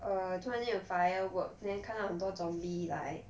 err 突然间有 firework then 看到很多 zombie 来